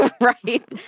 Right